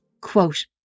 Quote